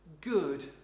good